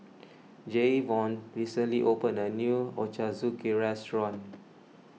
Jayvon recently opened a new Ochazuke restaurant